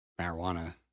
marijuana